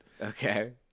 Okay